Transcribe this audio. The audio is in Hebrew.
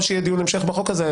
וככל שיהיה דיון המשך בחוק הזה,